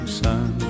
sun